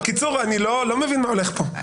בקיצור, אני לא מבין מה הולך פה.